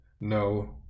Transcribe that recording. no